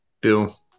Bill